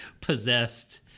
possessed